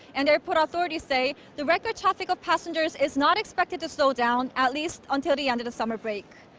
and airport authorities say, the record traffic of passengers is not expected to slow down at least until the end of the summer break.